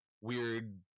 weird